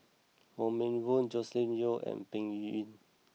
Wong Meng Voon Joscelin Yeo and Peng Yuyun